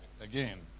again